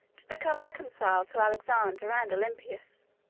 to become reconciled to alexander and olympias.